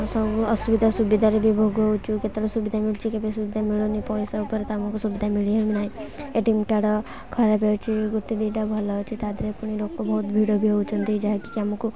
ସବୁ ଅସୁବିଧା ସୁବିଧାରେ ବି ଭୋଗ ହେଉଛୁ କେତେବେଳେ ସୁବିଧା ମିଳୁଛି କେବେ ସୁବିଧା ମିଳୁନି ପଇସା ଉପରେ ତମକୁ ସୁବିଧା ମିଳିହେଉ ନାହିଁ ଏ ଟି ଏମ୍ କାର୍ଡ଼ ଖରାପ୍ ହେଉଛି ଗୋଟେ ଦୁଇ'ଟା ଭଲ ଅଛି ତା ଦେହରେ ପୁଣି ଲୋକ ବହୁତ ଭିଡ଼ ବି ହେଉଛନ୍ତି ଯାହାକି ଆମକୁ